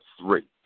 three